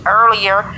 earlier